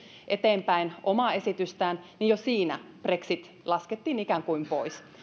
eteenpäin omaa esitystään niin jo siinä brexit laskettiin ikään kuin pois